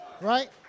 Right